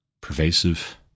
pervasive